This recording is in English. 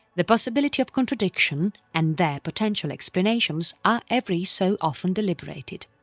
the possibility of contradiction and their potential explanations are every so often deliberated.